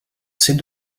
ses